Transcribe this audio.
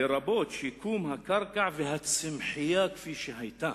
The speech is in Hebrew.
לרבות שיקום הקרקע והצמחייה כפי שהיתה.